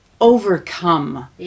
overcome